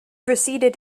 receded